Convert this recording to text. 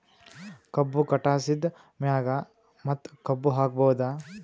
ಕಬ್ಬು ಕಟಾಸಿದ್ ಮ್ಯಾಗ ಮತ್ತ ಕಬ್ಬು ಹಾಕಬಹುದಾ?